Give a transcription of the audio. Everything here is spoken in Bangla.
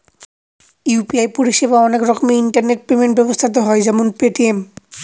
ইউ.পি.আই পরিষেবা অনেক রকমের ইন্টারনেট পেমেন্ট ব্যবস্থাতে হয় যেমন পেটিএম